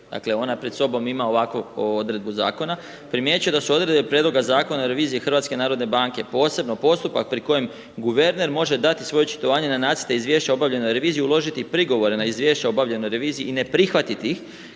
dakle ona pred sobom ima ovakvu odredbu zakona, primjećuje da su odredbe prijedloga zakona revizije HNB-a posebno postupak pri kojem guverner može dati svoje očitovanje na nacrte izvješća obavljene revizije, uložiti i prigovore na obavljanoj reviziji i ne prihvatiti ih